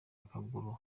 akaguru